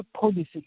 policy